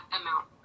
amount